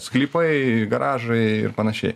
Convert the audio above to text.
sklypai garažai ir panašiai